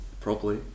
properly